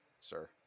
sir